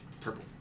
Purple